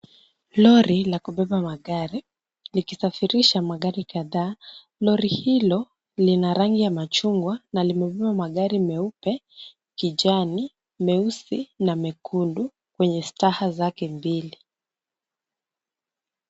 Lori la kubeba magari likisafirisha magari kadhaa. Lori hilo lina rangi ya machungwa na limebeba magari meupe, kijani, meusi na mekundu kwenye staha zake mbili.